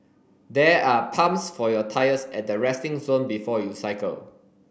there are pumps for your tyres at the resting zone before you cycle